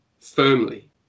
firmly